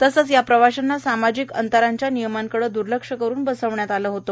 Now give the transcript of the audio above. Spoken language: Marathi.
तसेच या प्रवाशाना सामाजिक अंतरांच्या नियमांकडे द्र्लक्ष करून बसवण्यात आले होते